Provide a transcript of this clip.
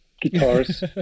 guitars